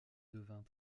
devint